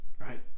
right